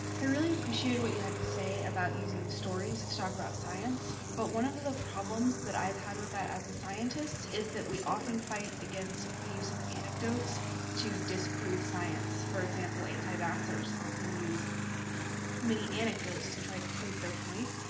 i really appreciated what you had to say about using stories to talk about science, but one of the the problems that i've had with that as a scientist is that we often fight against the use of anecdotes to disprove science. for example, anti-vaccinators often use many annex anecdotes to try to prove their point,